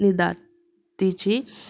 निदादीची